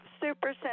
super